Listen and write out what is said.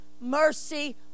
mercy